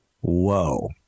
Whoa